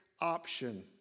option